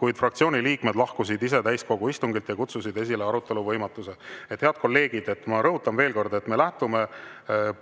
kuid fraktsiooni liikmed lahkusid ise täiskogu istungilt ja kutsusid esile arutelu võimatuse. Head kolleegid, ma rõhutan veel kord, et me lähtume